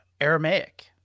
Aramaic